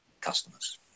customers